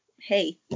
hey